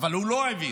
אבל הוא לא העביר,